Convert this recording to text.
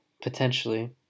potentially